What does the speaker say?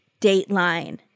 dateline